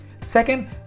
Second